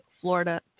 Florida